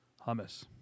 hummus